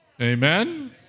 Amen